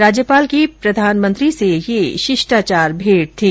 राज्यपाल की प्रधानमंत्री से यह शिष्टाचार भेंट थी